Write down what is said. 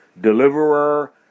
Deliverer